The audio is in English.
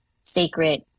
sacred